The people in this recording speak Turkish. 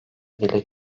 dile